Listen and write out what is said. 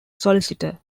solicitor